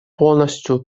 полностью